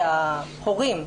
ההורים,